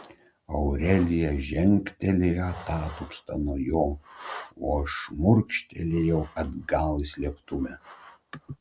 aurelija žengtelėjo atatupsta nuo jo o aš šmurkštelėjau atgal į slėptuvę